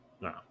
No